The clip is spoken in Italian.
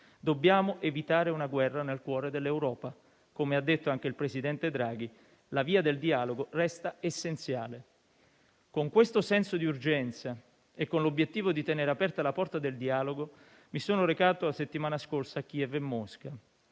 Dobbiamo evitare una guerra nel cuore dell'Europa. Come ha detto anche il presidente Draghi, la via del dialogo resta essenziale. Con questo senso di urgenza e con l'obiettivo di tenere aperta la porta del dialogo, mi sono recato la settimana scorsa a Kiev e Mosca.